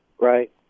Right